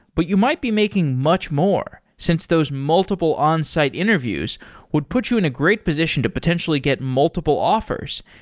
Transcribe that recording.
but you might be making much more since those multiple onsite interviews would put you in a great position to potentially get multiple offers,